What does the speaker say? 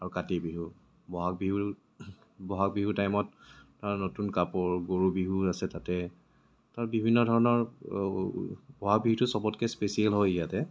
আৰু কাতি বিহু বহাগ বিহু বহাগ বিহুৰ টাইমত নতুন কাপোৰ গৰু বিহু আছে তাতে আৰু বিভিন্ন ধৰণৰ বহাগ বিহুটো চবতকৈ স্পেচিয়েল হয় ইয়াতে